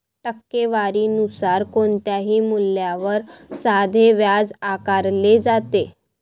टक्केवारी नुसार कोणत्याही मूल्यावर साधे व्याज आकारले जाते